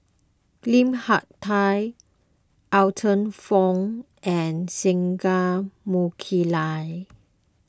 Lim Hak Tai Arthur Fong and Singai Mukilan